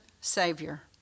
Savior